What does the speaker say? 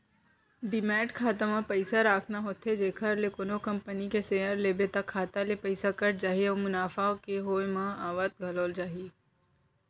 demat खाता म पइसा राखना होथे जेखर ले कोनो कंपनी के सेयर लेबे त खाता ले पइसा कट जाही अउ मुनाफा के होय म आवत घलौ जाही